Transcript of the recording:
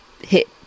hit